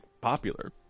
popular